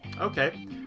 Okay